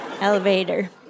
elevator